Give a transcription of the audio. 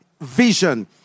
vision